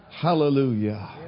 Hallelujah